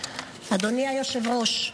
אדוני היושב-ראש,